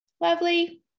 lovely